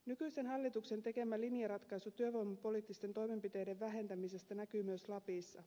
nykyisen hallituksen tekemä linjaratkaisu työvoimapoliittisten toimenpiteiden vähentämisestä näkyy myös lapissa